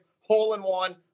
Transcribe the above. hole-in-one